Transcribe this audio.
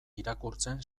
irakurtzen